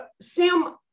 Sam